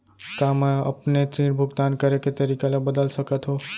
का मैं अपने ऋण भुगतान करे के तारीक ल बदल सकत हो?